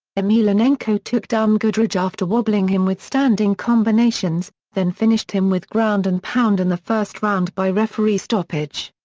emelianenko took down goodridge after wobbling him with standing combinations, then finished him with ground and pound in the first round by referee stoppage.